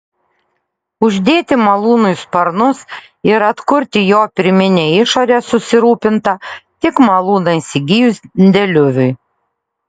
uždėti malūnui sparnus ir atkurti jo pirminę išorę susirūpinta tik malūną įsigijus deliuviui